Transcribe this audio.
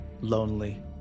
lonely